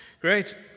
Great